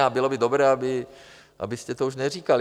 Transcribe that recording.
A bylo by dobré, abyste to už neříkali.